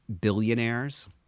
billionaires